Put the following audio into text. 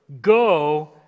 Go